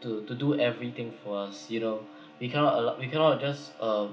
to to do everything for us you know we cannot allow we cannot just uh